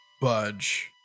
budge